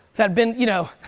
that been, you know,